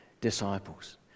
disciples